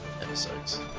episodes